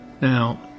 Now